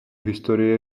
historie